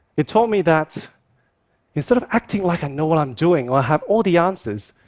it taught me that instead of acting like i know what i'm doing or i have all the answers,